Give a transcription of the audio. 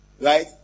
right